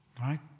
Right